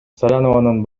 салянованын